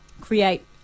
create